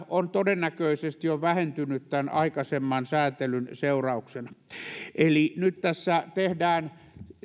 on todennäköisesti jo vähentynyt tämän aikaisemman sääntelyn seurauksena eli nyt tässä tehdään